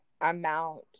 amount